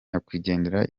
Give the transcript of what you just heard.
nyakwigendera